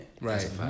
right